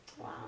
Wow